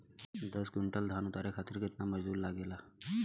दस क्विंटल धान उतारे खातिर कितना मजदूरी लगे ला?